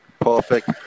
Perfect